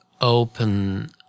open